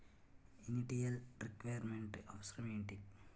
Initial requirement అవసరం ఎంటి?